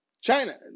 China